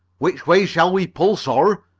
which way shall we pull, sir?